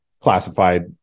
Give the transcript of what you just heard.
classified